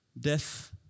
death